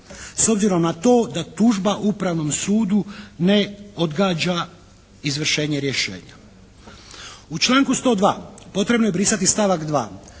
s obzirom na to da tužba Upravnom sudu ne odgađa izvršenje rješenja. U članku 102. potrebno je brisati stavak 2.